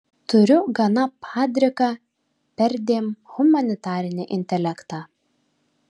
turiu gana padriką perdėm humanitarinį intelektą